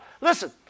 Listen